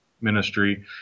ministry